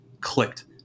clicked